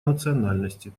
национальности